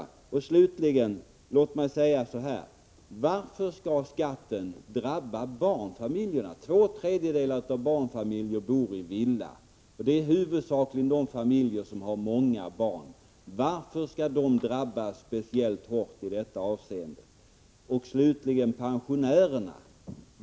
Låt mig slutligen fråga: Varför skall skatten drabba barnfamiljerna? Två tredjedelar av barnfamiljerna bor i villa — huvudsakligen de familjer som har många barn. Varför skall de drabbas speciellt hårt i detta avseende? Till sist vill jag ta upp pensionärerna.